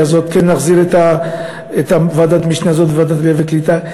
הזאת כן להחזיר את ועדת המשנה בוועדה העלייה והקליטה,